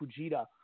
Fujita